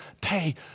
pay